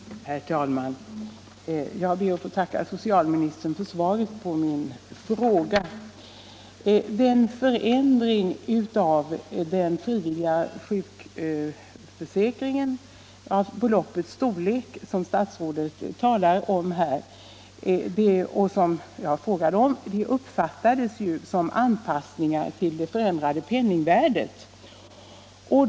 Herr talman! Jag ber att få tacka socialministern för svaret på min fråga. Den förändring av ersättningsbeloppet från den frivilliga sjukförsäkringen som statsrådet talar om i svaret uppfattades ju som en anpassning till det förändrade penningvärdet.